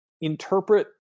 interpret